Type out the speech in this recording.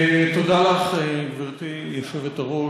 תודה לך, גברתי היושבת-ראש.